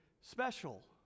special